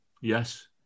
Yes